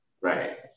right